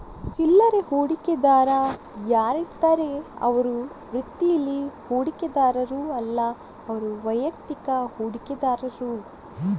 ಚಿಲ್ಲರೆ ಹೂಡಿಕೆದಾರ ಯಾರಿರ್ತಾರೆ ಅವ್ರು ವೃತ್ತೀಲಿ ಹೂಡಿಕೆದಾರರು ಅಲ್ಲ ಅವ್ರು ವೈಯಕ್ತಿಕ ಹೂಡಿಕೆದಾರರು